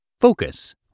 Focus